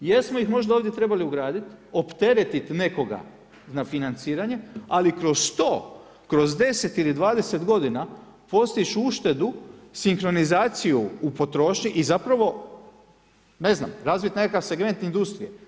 Jesmo ih možda ovdje trebali ugraditi, opteretiti nekoga na financiranje, ali kroz to, kroz 10 ili 20 godina postižeš uštedu, sinkronizaciju u potrošnji i ne znam razviti nekakav segment industrije.